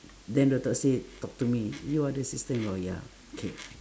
then doctor say talk to me you are the sister-in-law ya k